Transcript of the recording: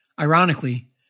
Ironically